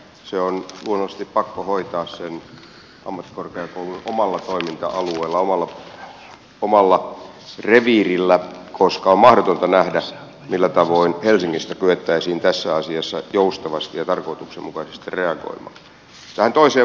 se on luonnollisesti pakko hoitaa sen ammattikorkeakoulun omalla toiminta alueella omalla reviirillä koska on mahdotonta nähdä millä tavoin helsingistä kyettäisiin tässä asiassa joustavasti ja tarkoituksenmukaisesti reagoimaan